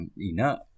enough